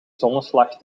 zonneslag